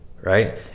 right